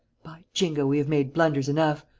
by jingo, we have made blunders enough!